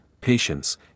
patience